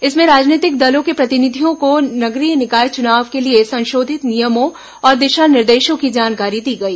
इसमें राजनीतिक दलों के प्रतिनिधियों को नगरीय निकाय चुनाव के लिए संशोधित नियमों और दिशा निर्देशों की जानकारी दी गई